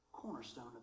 cornerstone